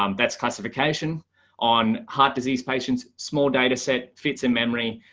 um that's classification on heart disease patients small dataset fits in memory.